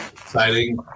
exciting